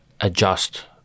adjust